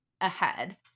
ahead